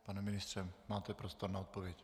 Pane ministře, máte prostor na odpověď.